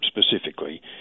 specifically